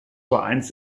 vereins